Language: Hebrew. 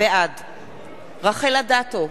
בעד רחל אדטו,